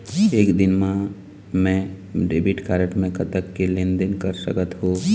एक दिन मा मैं डेबिट कारड मे कतक के लेन देन कर सकत हो?